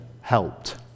helped